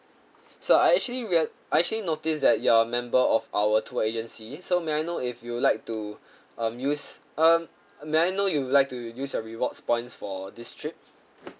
sir I actually we are I actually noticed that you're a member of our tour agency so may I know if you'd like to um use um may I know you would like to use your rewards points for this trip